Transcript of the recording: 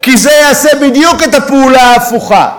כי זה יעשה בדיוק את הפעולה ההפוכה.